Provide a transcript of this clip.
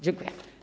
Dziękuję.